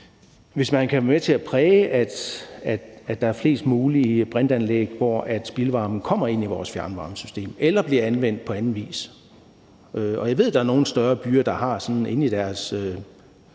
med til at præge, at der er flest mulige brintanlæg, hvorfra spildvarmen kommer ind i vores fjernvarmesystem eller bliver anvendt på anden vis. Jeg ved, der er nogle større byer, der har det i deres